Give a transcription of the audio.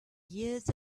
years